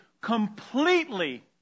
completely